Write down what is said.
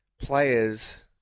players